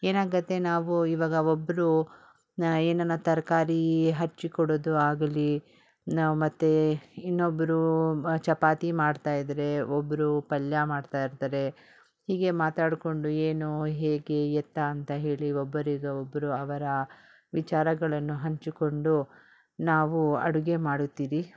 ಏನಾಗುತ್ತೆ ನಾವು ಇವಾಗ ಒಬ್ರು ಏನಾನ ತರಕಾರಿ ಹೆಚ್ಚಿಕೊಡೋದು ಆಗಲಿ ನಾವು ಮತ್ತು ಇನ್ನೊಬ್ರೂ ಚಪಾತಿ ಮಾಡ್ತಾಯಿದ್ರೆ ಒಬ್ರು ಪಲ್ಯ ಮಾಡ್ತಾಯಿರ್ತಾರೆ ಹೀಗೆ ಮಾತಾಡ್ಕೊಂಡು ಏನು ಹೇಗೆ ಎತ್ತ ಅಂತ ಹೇಳಿ ಒಬ್ಬರಿಗೆ ಒಬ್ರು ಅವರ ವಿಚಾರಗಳನ್ನು ಹಂಚಿಕೊಂಡು ನಾವು ಅಡುಗೆ ಮಾಡುತ್ತೀರಿ